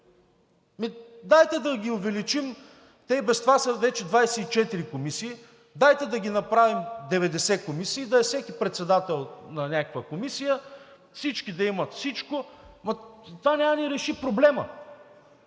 Дайте да ги увеличим – те и без това са 24 комисии, дайте да ги направим 90 комисии, всеки да е председател на някаква комисия, всички да имат всичко. Ама това няма да ни реши проблема,